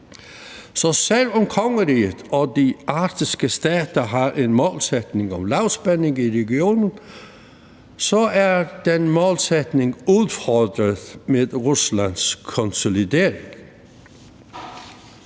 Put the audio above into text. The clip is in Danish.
Så selv om kongeriget og de arktiske stater har en målsætning om lavspænding i regionen, er den målsætning udfordret med Ruslands konsolidering.